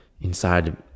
inside